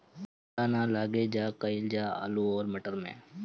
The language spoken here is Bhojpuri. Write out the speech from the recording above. पाला न लागे का कयिल जा आलू औरी मटर मैं?